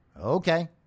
Okay